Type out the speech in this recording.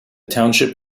township